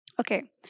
Okay